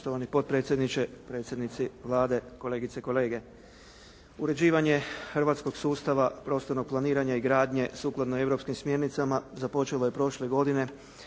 hrvatskog sustava, prostornog planiranja i gradnje sukladno europskim smjernicama započelo je prošle godine